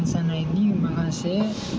मोसानायनि माखासे